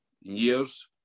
years